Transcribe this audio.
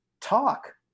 talk